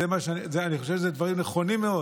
אני חושב שאלה דברים נכונים מאוד.